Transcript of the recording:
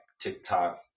TikTok